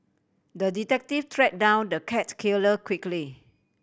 the detective track down the cat killer quickly